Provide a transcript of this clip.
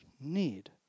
need